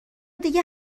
دیگه